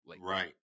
Right